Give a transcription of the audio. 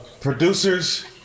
producers